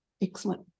excellent